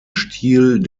stil